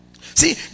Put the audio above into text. See